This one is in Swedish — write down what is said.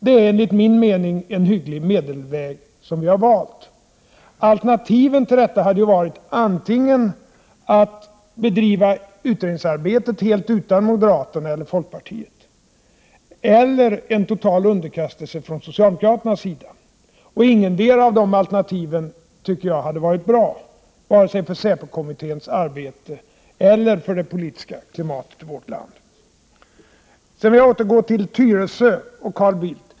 Det är enligt min mening en hygglig meddelväg som vi har valt. Alternativen hade ju varit antingen att bedriva utredningsarbetet helt utan moderaterna och folkpartiet eller också en total underkastelse från socialdemokraternas sida. Ingetdera av de alternativen tycker jag hade varit bra vare sig för SÄPO-kommitténs arbete eller för det politiska klimatet i vårt land. Sedan vill jag återgå till frågan om Tyresö och Carl Bildt.